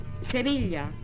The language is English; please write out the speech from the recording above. Sevilla